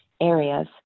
areas